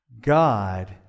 God